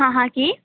হা হা কি